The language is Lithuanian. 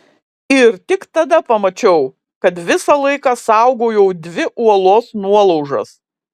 ir tik tada pamačiau kad visą laiką saugojau dvi uolos nuolaužas